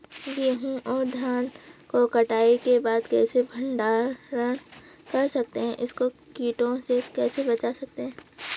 गेहूँ और धान को कटाई के बाद कैसे भंडारण कर सकते हैं इसको कीटों से कैसे बचा सकते हैं?